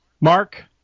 Mark